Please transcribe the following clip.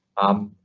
um,